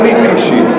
עניתי אישית.